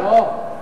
לא.